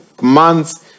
months